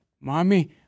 mommy